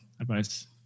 advice